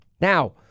Now